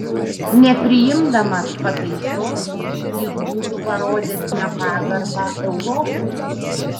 nepriimdamas pataisos jis būtų parodęs nepagarbą europai